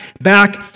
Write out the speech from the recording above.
back